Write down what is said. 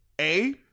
A-